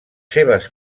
seves